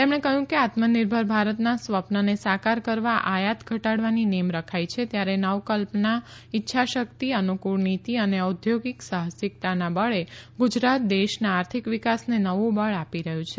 તેમણે કહ્યું કે આત્મનિર્ભર ભારતના સ્વપ્નને સાકાર કરવા આયાત ધટાડવાની નેમ રખાઇ છે ત્યારે નવકલ્પના ઇચ્છાશકિત અનુકુળ નીતી અને ઉદ્યોગ સાહસીકતાના બળે ગુજરાત દેશના આર્થિક વિકાસને નવુ બળ આપી રહયું છે